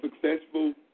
successful